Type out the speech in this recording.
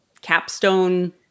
capstone